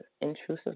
intrusive